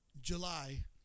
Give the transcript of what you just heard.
July